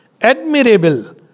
admirable